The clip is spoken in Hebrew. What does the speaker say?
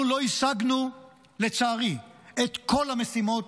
אנחנו לא השגנו את כל המשימות,